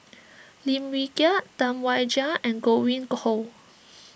Lim Wee Kiak Tam Wai Jia and Godwin Koay